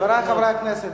חברי חברי הכנסת,